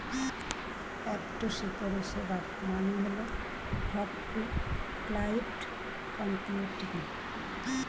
F two C পরিষেবার মানে হল ফগ টু ক্লাউড কম্পিউটিং